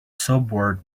subword